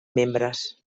membres